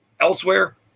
elsewhere